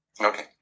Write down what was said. Okay